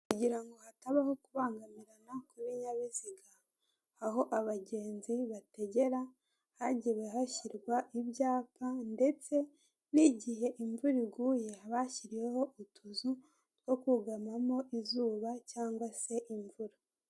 Kugira ngo hatabaho kubangamirana kw'ibinyabiziga, aho abagenzi bategera hagiye hashyirwa ibyapa, ndetse n'igihe imvura iguye bashyiriyeho utuzu yo kugamamo izuba, cyangwa se imvura.